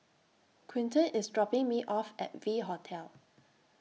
Quinton IS dropping Me off At V Hotel